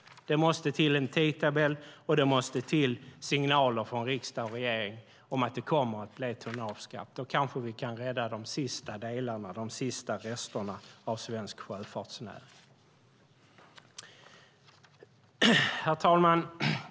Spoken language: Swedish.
Det måste till en tidtabell och det måste till signaler från riksdag och regering om att det kommer att bli en tonnageskatt. Då kanske vi kan rädda de sista resterna av svensk sjöfartsnäring.